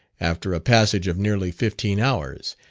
after a passage of nearly fifteen hours,